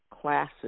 classes